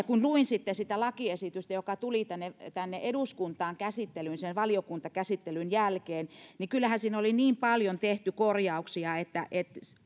kun luin sitten sitä lakiesitystä joka tuli tänne tänne eduskuntaan käsittelyyn sen valiokuntakäsittelyn jälkeen niin kyllähän siinä oli niin paljon tehty korjauksia että oli